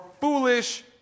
foolish